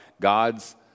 God's